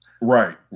Right